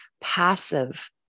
passive